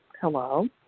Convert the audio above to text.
Hello